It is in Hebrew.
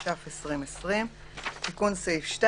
התש"ף 2020 תיקון סעיף 2